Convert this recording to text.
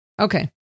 Okay